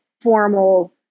formal